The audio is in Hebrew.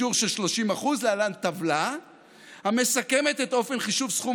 לשיעור של 30%. להלן טבלה המסכמת את אופן חישוב סכום